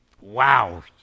wow